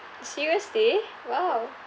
seriously !wow!